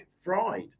fried